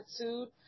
attitude